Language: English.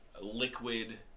liquid